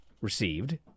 received